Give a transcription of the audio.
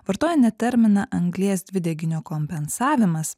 vartoja ne terminą anglies dvideginio kompensavimas